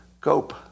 Cope